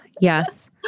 Yes